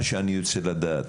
מה שאני רוצה לדעת: